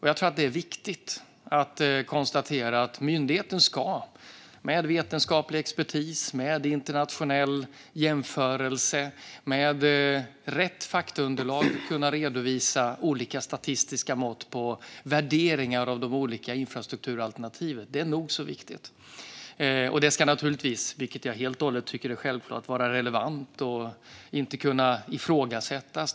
Jag tror att det är viktigt att konstatera att myndigheten med vetenskaplig expertis, internationell jämförelse och rätt faktaunderlag ska kunna redovisa olika statistiska mått på värderingar av de olika infrastrukturalternativen. Detta ska naturligtvis - det är helt och hållet självklart - vara relevant och inte kunna ifrågasättas.